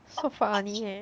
so funny eh